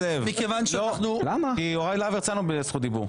לא, מכיוון שיוראי להב הרצנו בזכות דיבור.